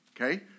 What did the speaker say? Okay